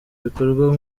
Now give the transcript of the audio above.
bikorwa